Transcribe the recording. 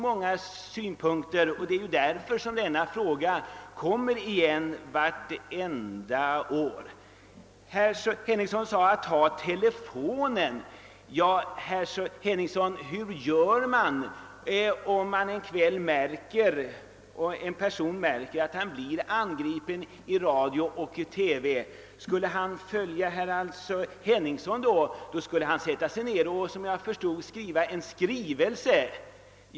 Ja, det är ju därför som den kommer igen vartenda år. Herr Henningsson sade vidare, att det inte var lämpligt att ta till telefonen om man blir angripen i radio eller TV. Men hur skall då en person göra som en kväll blir angripen? Skulle han följa herr Henningssons råd, skulle han sätta sig ned och avfatta en skrivelse.